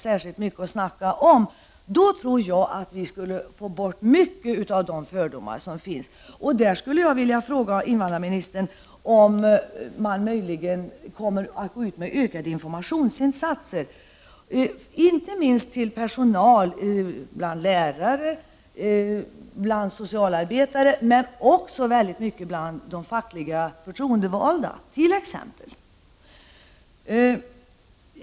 Med en sådan information tror jag att vi skulle kunna få bort många av de fördomar som finns. Jag skulle vilja fråga invandrarministern om man kommer att gå ut med ökade informationsinsatser, inte minst till personal, bland lärare, socialarbetare men också bland fackliga förtroendevalda.